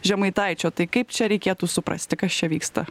žemaitaičio tai kaip čia reikėtų suprasti kas čia vyksta